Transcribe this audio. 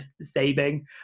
saving